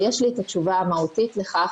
אבל יש לי את התשובה המהותית לכך,